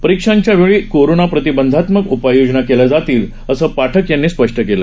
परीक्षांच्या वेळी कोरोना प्रतिबंधात्मक उपाययोजना केल्या जातील असं पाठक यांनी सांगितलं